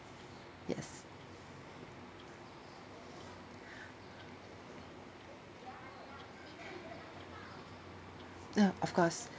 yes ah of course